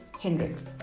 Hendricks